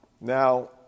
Now